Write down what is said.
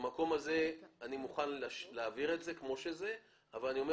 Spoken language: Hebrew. במקום הזה אני מוכן להעביר את זה כמו שזה אבל אני אומר